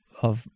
-of